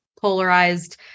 polarized